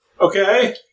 Okay